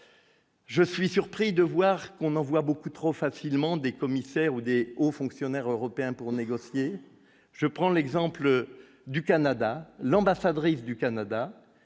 je suis surpris de voir qu'on en voit beaucoup trop facilement des commissaires ou des hauts fonctionnaires européens pour négocier, je prends l'exemple du Canada l'ambassadrice du Canada